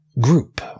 group